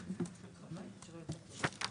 נכבד.